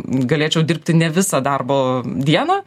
galėčiau dirbti ne visą darbo dieną